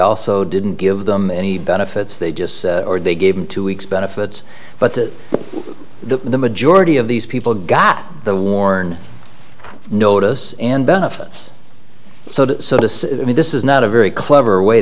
also didn't give them any benefits they just or they gave them two weeks benefits but the the majority of these people got the worn notice and benefits so i mean this is not a very clever way